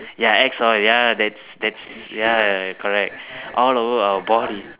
ya axe oil ya that's that's ya correct all over our body